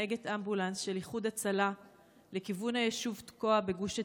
נהגת אמבולנס של איחוד הצלה לכיוון היישוב תקוע בגוש עציון.